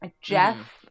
Jeff